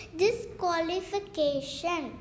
disqualification